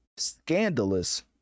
scandalous